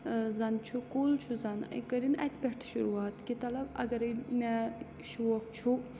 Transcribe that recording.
زَنہٕ چھُ کُل چھُ زَن کٔرِن اَتہِ پٮ۪ٹھ شروٗعات کہِ تلے اَگرے مےٚ شوق چھُ